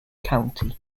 county